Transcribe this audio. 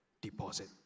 deposit